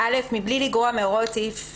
3א.(א)בלי לגרוע מהוראות לפי סעיף 3"